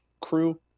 crew